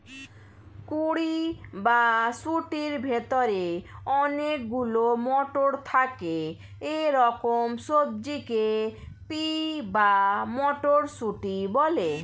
কুঁড়ি বা শুঁটির ভেতরে অনেক গুলো মটর থাকে এরকম সবজিকে পি বা মটরশুঁটি বলে